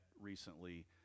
recently